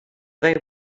they